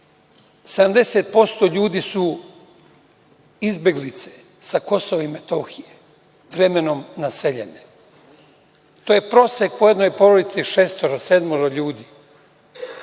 70% ljudi izbeglice sa KiM, vremenom naseljeni. To je prosek po jednoj porodici šestoro, sedmoro ljudi.